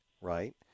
right